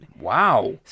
Wow